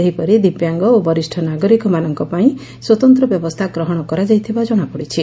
ସେହିପରି ଦିବ୍ୟାଙ୍ଗ ଓ ବରିଷ୍ଡ ନାଗରିକମାନଙ୍କ ପାଇଁ ସ୍ୱତନ୍ତ ବ୍ୟବସ୍ଚା ଗ୍ରହଶ କରାଯାଇଥିବା ଜଶାପଡିଛି